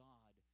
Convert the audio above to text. God